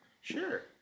Sure